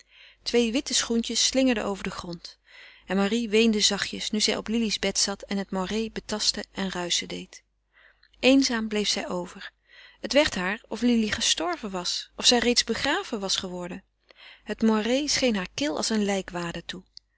twee witte schoentjes slingerden over den grond en marie weende zachtjes nu zij op lili's bed zat en het moirè betastte en ruischen deed eenzaam bleef zij over het werd haar of lili gestorven was of zij reeds begraven was geworden het moiré scheen haar kil als een lijkwade toe